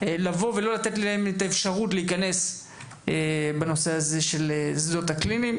לא לתת להם אפשרות להיכנס בנושא השדות הקליניים.